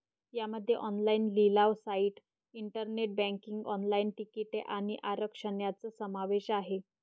यामध्ये ऑनलाइन लिलाव site, internet banking, online तिकिटे आणि आरक्षण यांचा समावेश आहे